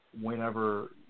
whenever